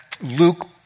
Luke